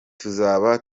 tuzaba